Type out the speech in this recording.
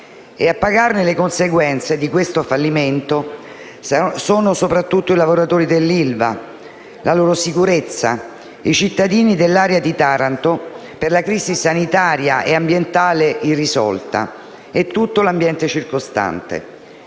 e a pagarne le conseguenze sono soprattutto i lavoratori dell'ILVA, la loro sicurezza, i cittadini dell'area di Taranto per la crisi sanitaria e ambientale irrisolta e tutto l'ambiente circostante.